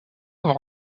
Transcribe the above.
avoir